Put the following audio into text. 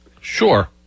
sure